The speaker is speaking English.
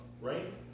right